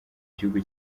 gihugu